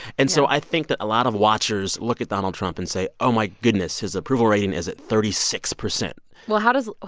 and so i think that a lot of watchers look at donald trump and say, oh, my goodness. his approval rating is at thirty six percent well, how does.